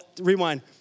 rewind